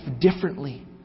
differently